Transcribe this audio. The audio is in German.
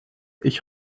ich